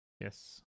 Yes